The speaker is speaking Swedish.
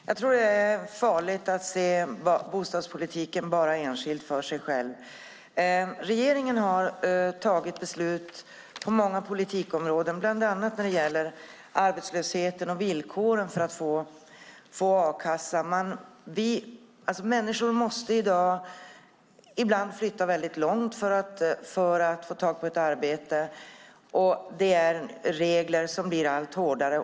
Herr talman! Jag tror att det är farligt att se bostadspolitiken som något enskilt. Regeringen har tagit beslut på många politikområden, bland annat när det gäller arbetslösheten och villkoren för att få a-kassa. Människor måste ibland flytta väldigt långt för att få arbete. Reglerna blir allt hårdare.